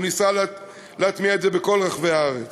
והוא ניסה להטמיע את זה בכל רחבי הארץ.